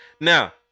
Now